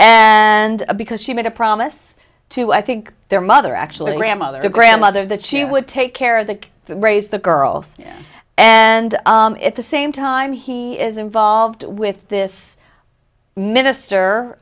and because she made a promise to i think their mother actually grandmother the grandmother that she would take care of the raise the girls and at the same time he is involved with this minister